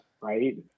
right